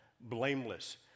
blameless